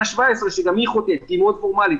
17 שגם היא חוטאת כי היא מאוד פורמלית,